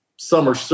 Summer